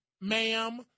ma'am